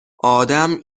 آدم